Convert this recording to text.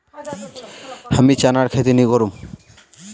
हमीं चनार खेती नी करुम